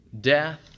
death